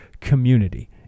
community